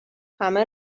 همه